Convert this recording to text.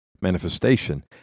manifestation